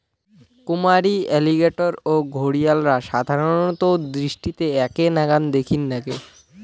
কুমীর, অ্যালিগেটর ও ঘরিয়ালরা সাধারণত দৃষ্টিতে এ্যাকে নাকান দ্যাখির নাগে